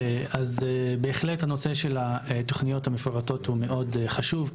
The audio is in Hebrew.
בהחלט הנושא של התוכניות המפורטות הוא מאוד חשוב,